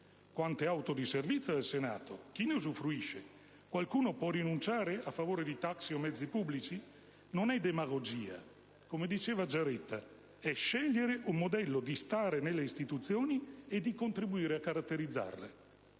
le auto di servizio del Senato? Chi ne usufruisce? Qualcuno può rinunciare a favore di *taxi* o mezzi pubblici? Non è demagogia: come diceva il collega Giaretta, si tratta di scegliere un modello di stare nelle istituzioni e di contribuire a caratterizzarle.